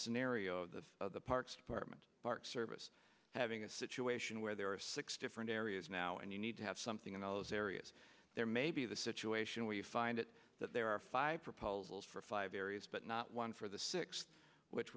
scenario of the parks department park service having a situation where there are six different areas now and you need to have something in those areas there may be the situation where you find it that there are five proposals for five areas but not one for the six which